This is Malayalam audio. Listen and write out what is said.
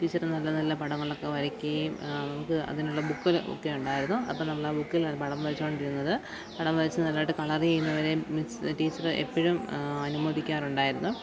ടീച്ചർ നല്ല നല്ല പടങ്ങളൊക്കെ വരയ്ക്കുകയും നമുക്ക് അതിനുള്ള ബുക്കുകൾ ഒക്കെ ഉണ്ടായിരുന്നു അപ്പം നമ്മൾ ആ ബുക്കിലാണ് പടം വരച്ചുകൊണ്ടിരുന്നത് പടം വരച്ച് നല്ലതായിട്ട് കളറ് ചെയ്യുന്നവരേയും മിസ്സ് ടീച്ചറ് എപ്പോഴും അനുമോദിക്കാറുണ്ടായിരുന്നു